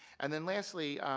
and then lastly,